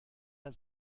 der